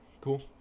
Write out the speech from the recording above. Cool